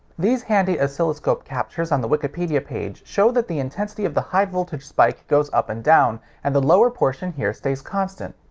these handy oscilloscope captures on the wikipedia page show that the intensity of the high voltage spike goes up and down, and the lower portion here stays constant.